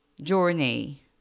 journey